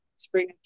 spring